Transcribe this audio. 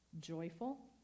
joyful